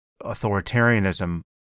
authoritarianism